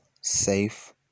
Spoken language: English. safe